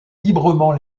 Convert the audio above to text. librement